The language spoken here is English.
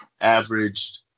averaged